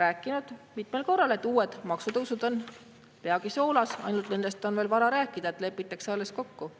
rääkinud mitmel korral, et uued maksutõusud on peagi soolas, ainult nendest on veel vara rääkida, sest nendes lepitakse alles kokku.